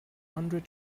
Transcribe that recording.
hundred